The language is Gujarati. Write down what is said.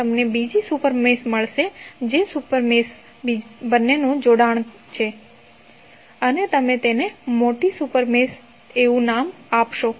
તમને બીજી સુપર મેશ મળશે જે સુપર મેશ બંનેનું જોડાણ છે અને તમે તેને મોટી સુપર મેશ એવુ નામ આપશો